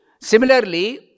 Similarly